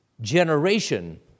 generation